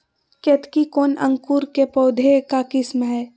केतकी कौन अंकुर के पौधे का किस्म है?